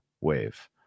wave